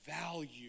value